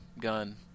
gun